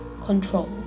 control